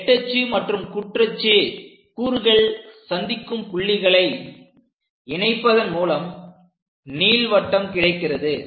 நெட்டச்சு மற்றும் குற்றச்சு கூறுகள் சந்திக்கும் புள்ளிகளை இணைப்பதன் மூலம் நீள்வட்டம் கிடைக்கிறது